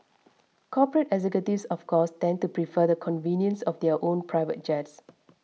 corporate executives of course tend to prefer the convenience of their own private jets